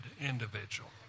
individual